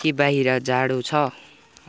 के बाहिर जाडो छ